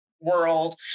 world